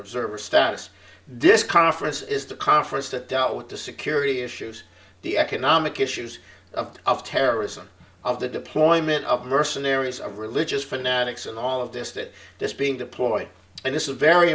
observer status this conference is the conference that dealt with the security issues the economic issues of terrorism of the deployment of mercenaries of religious fanatics and all of this that this being deployed and this is very